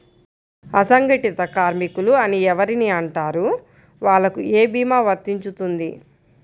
అసంగటిత కార్మికులు అని ఎవరిని అంటారు? వాళ్లకు ఏ భీమా వర్తించుతుంది?